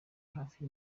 hafi